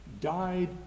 died